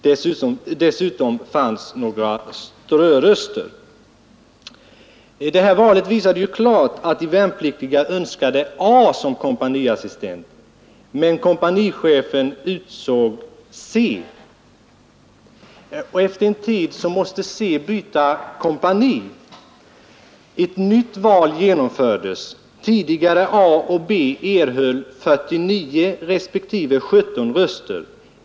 Dessutom var det några som fick ströröster. Det här valet visade ju klart att de värnpliktiga önskade A som kompaniassistent, men kompanichefen utsåg C. Efter en tid måste C byta kompani. Ett nytt val ägde rum. Tidigare nämnda A och B fick 49 respektive 17 röster.